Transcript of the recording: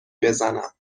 بزنم